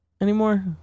anymore